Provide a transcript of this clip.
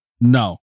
No